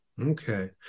Okay